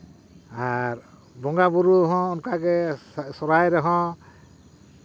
ᱟᱨ ᱵᱚᱸᱜᱟᱼᱵᱩᱨᱩ ᱦᱚᱸ ᱚᱱᱠᱟᱜᱮ ᱥᱚᱦᱨᱟᱭ ᱨᱮᱦᱚᱸ